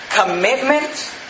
Commitment